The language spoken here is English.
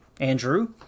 Andrew